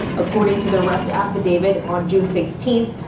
according to the arrest affidavit on june sixteenth,